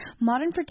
Modern